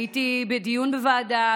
הייתי בדיון בוועדה,